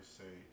say